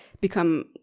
become